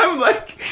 so like,